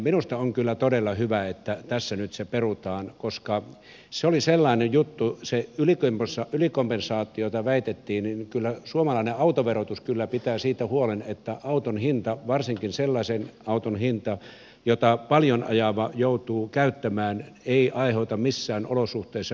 minusta on kyllä todella hyvä että se tässä nyt perutaan koska se oli sellainen juttu se ylikompensaatio jota väitettiin olevan että kyllä suomalainen autoverotus pitää siitä huolen että auton hinta varsinkin sellaisen auton hinta jota paljon ajava joutuu käyttämään ei aiheuta missään olosuhteissa ylikompensaatiota